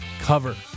cover